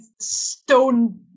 stone